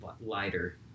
lighter